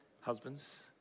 husbands